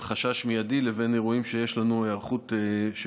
חשש מיידי לבין אירועים שיש לנו היערכות אליהם,